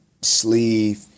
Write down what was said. sleeve